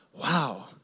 wow